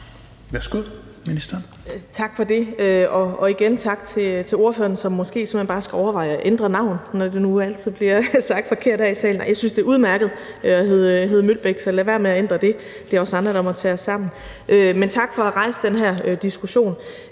(Astrid Krag): Tak for det. Og igen tak til ordføreren, som måske simpelt hen bare skal overveje at ændre navn, når det nu altid bliver sagt forkert her i salen. Nej, jeg synes, det er udmærket at hedde Mølbæk, så lad være med at ændre det – det er os andre, der må tage os sammen. Men tak for at rejse den her diskussion.